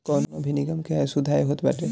कवनो भी निगम कअ आय शुद्ध आय होत बाटे